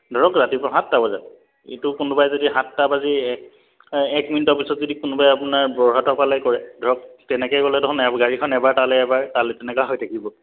ধৰক ৰাতিপুৱা সাতটা বজাত এইটো কোনোবাই যদি সাতটা বাজি এক এক মিনিটৰ পিছত যদি কোনোবাই আপোনাৰ বৰহাটৰ ফালে কৰে ধৰক তেনেকে হ'লে দেখোন গাড়ীখন এবাৰ তালৈ এবাৰ তালৈ তেনেকুৱা হৈ থাকিব